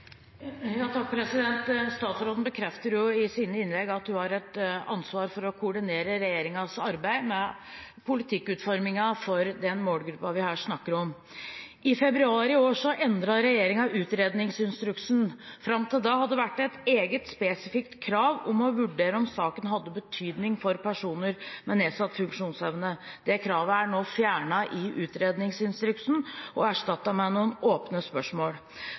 Statsråden bekrefter jo i sine innlegg at hun har et ansvar for å koordinere regjeringens arbeid med politikkutformingen for den målgruppen vi her snakker om. I februar i år endret regjeringen utredningsinstruksen. Fram til da hadde det vært et eget, spesifikt krav om å vurdere om saken hadde betydning for personer med nedsatt funksjonsevne. Det kravet er nå fjernet i utredningsinstruksen og erstattet med noen åpne spørsmål.